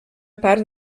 part